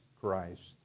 Christ